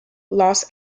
los